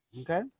okay